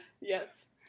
Yes